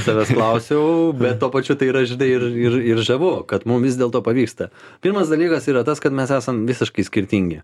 savęs klausiau bet tuo pačiu tai yra žinai ir ir ir žavu kad mum vis dėlto pavyksta pirmas dalykas yra tas kad mes esam visiškai skirtingi